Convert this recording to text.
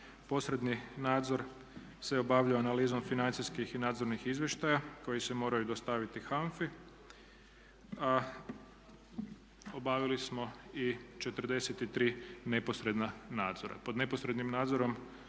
Posredni nadzor se obavlja analizom financijskih i nadzornih izvještaja koji se moraju dostaviti HANFA-i, a obavili smo i 43 neposredna nadzora.